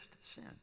sin